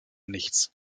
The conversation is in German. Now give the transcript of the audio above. nichts